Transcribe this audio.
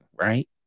right